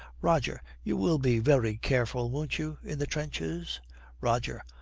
roger, you will be very careful, won't you, in the trenches roger.